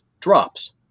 drops